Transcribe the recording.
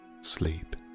sleep